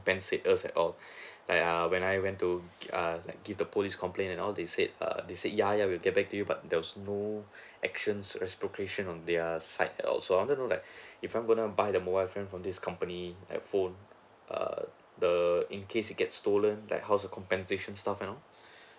compensate us at all like err when I went to err like give the police complaint and all they said err they said ya ya we'll get back to you but there's no action respond on their side so I want to know like if I'm gonna buy the mobile plan from this company like phone err the in case it get stolen like how's the compensation stuff and all